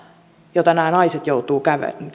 jota nämä naiset joutuvat